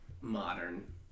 Modern